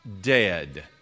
dead